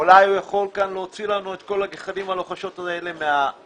אולי הוא יכול להוציא לנו את כל הגחלים הלוחשות האלה מהאש.